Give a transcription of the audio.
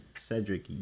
Cedric